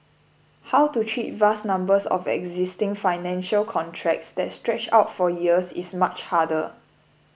how to treat vast numbers of existing financial contracts that stretch out for years is much harder